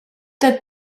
that